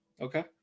Okay